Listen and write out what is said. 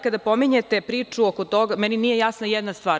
Kada pominjete priču oko toga, meni nije jasna jedna stvar.